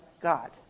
God